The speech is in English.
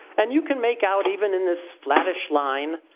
and you can make out even in this flattish line,